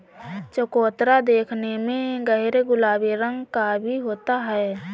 चकोतरा देखने में गहरे गुलाबी रंग का भी होता है